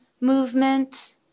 movement